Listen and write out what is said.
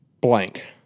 blank